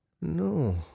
no